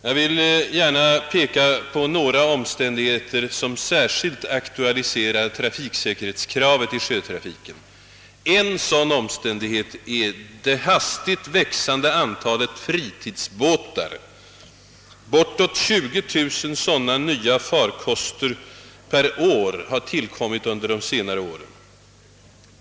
Jag vill gärna peka på några omständigheter, som särskilt aktualiserar trafiksäkerhetskravet i sjötrafiken. En sådan omständighet är det hastigt växande antalet fritidsbåtar — bortåt 20000 nya sådana farkoster per år torde ha tillkommit under senare år.